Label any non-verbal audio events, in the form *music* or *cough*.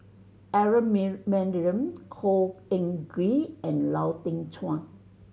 Aaron *unintelligible* Maniam Khor Ean Ghee and Lau Teng Chuan